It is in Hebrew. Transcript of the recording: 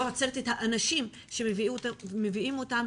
לא עוצרת את האנשים שמביאים אותם.